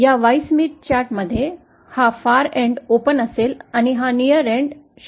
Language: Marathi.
या Y स्मिथ चार्ट मध्ये हा शेवटचा टोक ओपन असेल आणि जवळचा टोक असेल